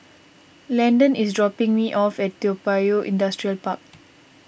Landon is dropping me off at Toa Payoh Industrial Park